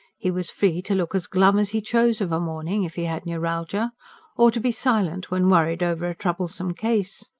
he was free to look as glum as he chose of a morning if he had neuralgia or to be silent when worried over a troublesome case.